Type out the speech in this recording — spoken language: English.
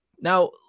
Now